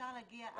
אפשר להגיע.